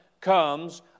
comes